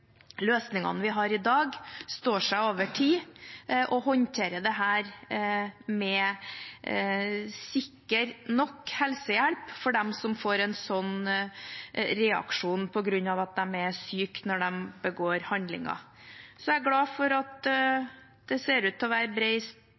løsningene vi har i dag, står seg over tid. Vi må håndtere dette med sikker nok helsehjelp for dem som får en slik reaksjon på grunn av at de er syke når de begår handlingen. Så er jeg glad for at